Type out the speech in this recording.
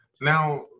Now